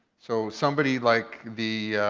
so somebody like the